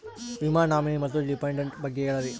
ವಿಮಾ ನಾಮಿನಿ ಮತ್ತು ಡಿಪೆಂಡಂಟ ಬಗ್ಗೆ ಹೇಳರಿ?